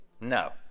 No